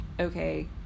okay